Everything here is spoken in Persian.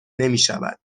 نمیشود